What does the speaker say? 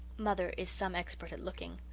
mother is some expert at looking.